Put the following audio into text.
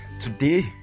today